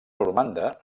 normanda